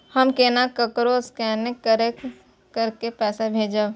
हम केना ककरो स्केने कैके पैसा भेजब?